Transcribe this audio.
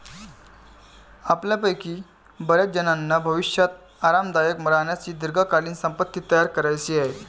आपल्यापैकी बर्याचजणांना भविष्यात आरामदायक राहण्यासाठी दीर्घकालीन संपत्ती तयार करायची आहे